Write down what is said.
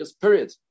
Period